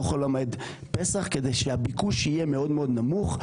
חול המועד פסח כדי שהביקוש יהיה מאוד נמוך.